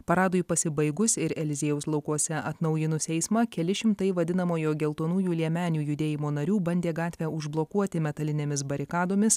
paradui pasibaigus ir eliziejaus laukuose atnaujinus eismą keli šimtai vadinamojo geltonųjų liemenių judėjimo narių bandė gatvę užblokuoti metalinėmis barikadomis